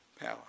power